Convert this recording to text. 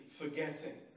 forgetting